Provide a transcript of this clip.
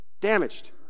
damaged